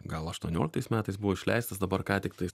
gal aštuonioliktais metais buvo išleistas dabar ką tiktais